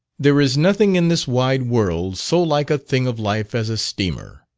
there is nothing in this wide world so like a thing of life as a steamer,